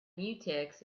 mutex